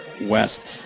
west